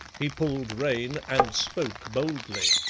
he pulled rein and spoke boldly.